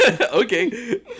Okay